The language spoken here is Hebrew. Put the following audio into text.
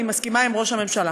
אני מסכימה עם ראש הממשלה.